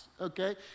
okay